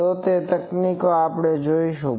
તો તે તકનીકો આપણે જોઈશું